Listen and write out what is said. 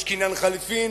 יש קניין חליפין,